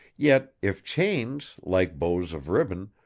yet, if chains, like bows of ribbon,